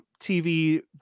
TV